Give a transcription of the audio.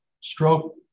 stroke